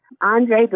Andre